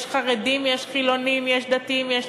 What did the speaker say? יש חרדים, יש חילונים, יש דתיים, יש